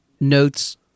notes